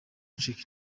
gucika